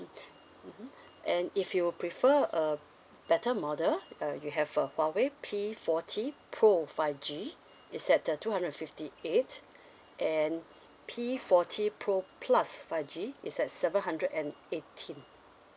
mm mmhmm and if you prefer a better model uh you have a huawei P forty pro five G it's at the two hundred and fifty eight and P forty pro plus five G it's at seven hundred and eighteen